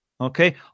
Okay